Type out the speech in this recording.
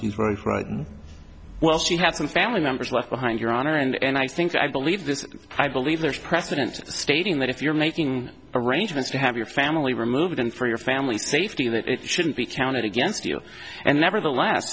he's very frightened welsh you have some family members left behind your honor and i think i believe this i believe there's precedent stating that if you're making arrangements to have your family removed and for your family's safety that it shouldn't be counted against you and never the la